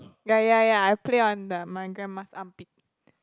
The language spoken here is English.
ya ya ya I play on the my grandma's armpit